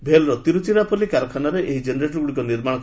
ଭେଲର ତିରୁଚିରାପଲ୍ଲୀ କାରଖାନାରେ ଏହି ଜେନେରେଟରଗୁଡ଼ିକ ନିର୍ମାଣ କରାଯିବ